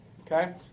okay